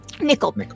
Nickel